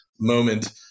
moment